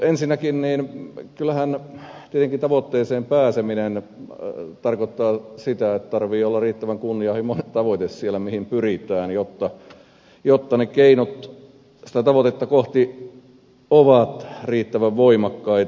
ensinnäkin kyllähän tietenkin tavoitteeseen pääseminen tarkoittaa sitä että siellä tarvitsee olla riittävän kunnianhimoinen tavoite mihin pyritään jotta ne keinot sitä tavoitetta kohti ovat riittävän voimakkaita